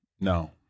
No